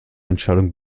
entscheidung